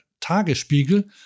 Tagesspiegel